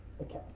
Okay